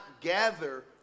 gather